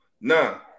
Now